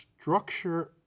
structure